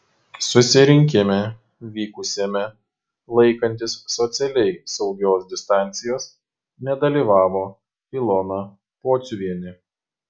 susirinkime vykusiame laikantis socialiai saugios distancijos nedalyvavo ilona pociuvienė